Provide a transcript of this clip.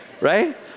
right